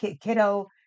kiddo